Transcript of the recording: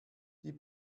die